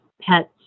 pets